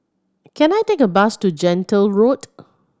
can I take a bus to Gentle Road